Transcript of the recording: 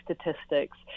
statistics